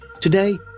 Today